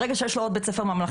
ברגע שיש לו עוד בית ספר חרדי,